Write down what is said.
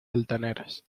altaneras